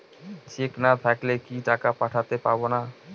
Check না থাকলে কি টাকা পাঠাতে পারবো না?